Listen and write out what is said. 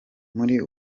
muri